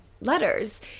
letters